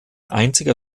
einziger